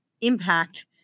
impact